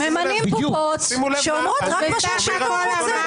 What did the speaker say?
ממנים בובות שאומרות רק מה שהשלטון רוצה.